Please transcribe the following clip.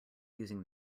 using